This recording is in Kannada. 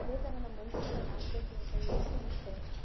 ಅದೇ ಥರ ನಮ್ಮ ಮೈಸೂರಲ್ಲಿ ಆಗಬಾಡ್ದು ಅಂತ ಯೋಚನೆ ಇದ್ದರೆ